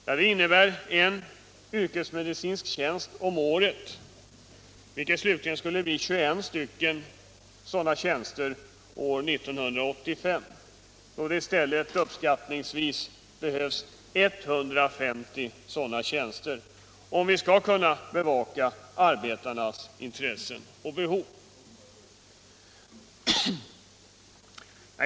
Ja, det innebär i så fall en yrkesmedicinsk tjänst om året, vilket skulle bli 21 tjänster 1985, då det i stället uppskattningsvis behövs 150 sådana tjänster, om vi skall kunna bevaka arbetarnas intressen och behov.